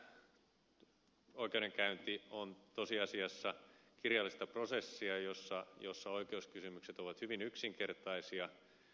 moni oikeudenkäynti on tosiasiassa kirjallista prosessia jossa oikeuskysymykset ovat hyvin yksinkertaisia